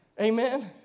Amen